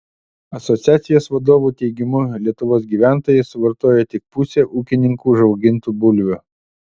asociacijos vadovų teigimu lietuvos gyventojai suvartoja tik pusę ūkininkų užaugintų bulvių